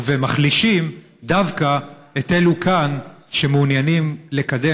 ומחלישים דווקא את אלו כאן שמעוניינים לקדם,